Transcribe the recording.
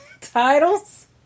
titles